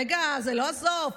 רגע, זה לא הסוף.